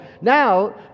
Now